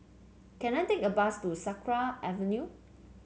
can I take a bus to Sakra Avenue